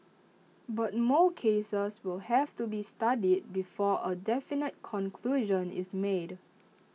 but more cases will have to be studied before A definite conclusion is made